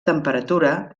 temperatura